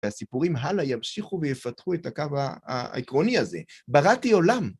והסיפורים הלאה ימשיכו ויפתחו את הקו העקרוני הזה, בראתי עולם.